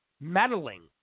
meddling